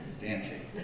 Dancing